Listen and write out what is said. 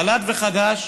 בל"ד וחד"ש,